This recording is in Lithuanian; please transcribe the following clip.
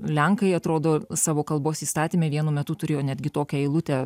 lenkai atrodo savo kalbos įstatyme vienu metu turėjo netgi tokią eilutę